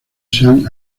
sean